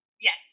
Yes